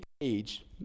age